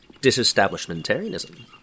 Disestablishmentarianism